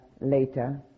later